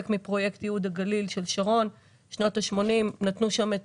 מפרויקט ייהוד הגליל של שרון בשנות ה-80 ושם נתנו את